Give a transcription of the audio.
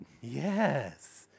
Yes